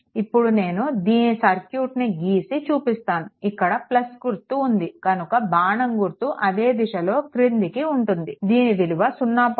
ఇప్పుడునేను దీని సర్క్యూట్ని గీసి చూపిస్తాను ఇక్కడ గుర్తు ఉంది కనుక బాణం గుర్తు అదే దిశలో క్రిందికి ఉంటుంది దీని విలువ 0